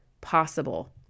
possible